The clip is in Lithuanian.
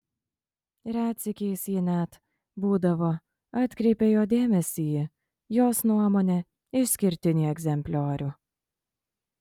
retsykiais ji net būdavo atkreipia jo dėmesį į jos nuomone išskirtinį egzempliorių